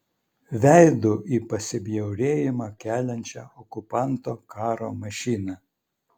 veidu į pasibjaurėjimą keliančią okupanto karo mašiną